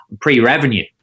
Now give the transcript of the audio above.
pre-revenue